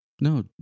No